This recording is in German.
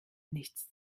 nichts